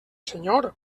senyor